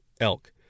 elk